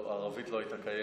ערבית לא הייתה קיימת.